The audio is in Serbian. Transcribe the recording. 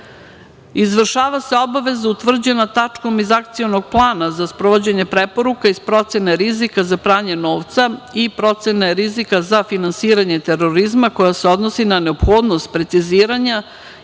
nadzor. Izvršava se obaveza utvrđena tačkom iz Akcionog plana za sprovođenje preporuka iz procene rizika za pranje novca i procene rizika za finansiranje terorizma koja se odnosi na neophodnost preciziranja